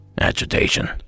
agitation